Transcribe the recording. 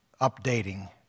updating